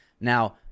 now